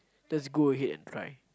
just go ahead and try